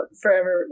forever